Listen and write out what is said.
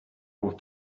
what